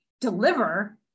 deliver